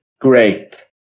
great